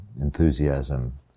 enthusiasm